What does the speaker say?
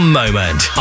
moment